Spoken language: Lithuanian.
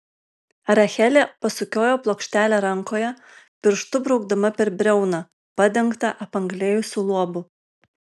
rachelė pasukiojo plokštelę rankoje pirštu braukdama per briauną padengtą apanglėjusiu luobu